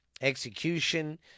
execution